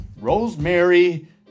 rosemary